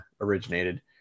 originated